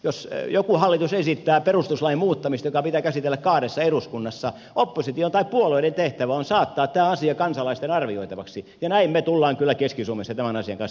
jos joku hallitus esittää perustuslain muuttamista joka pitää käsitellä kahdessa eduskunnassa opposition tai puolueiden tehtävä on saattaa tämä asia kansalaisten arvioitavaksi ja näin me tulemme kyllä keski suomessa tämän asian kanssa tekemään